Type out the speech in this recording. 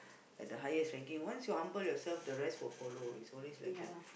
at the highest ranking once you humble yourself the rest will follow it's always like that